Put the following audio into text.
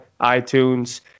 iTunes